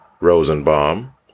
Rosenbaum